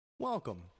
Welcome